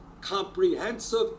comprehensive